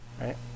right